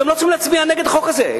אתם לא צריכים להצביע נגד החוק הזה,